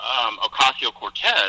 Ocasio-Cortez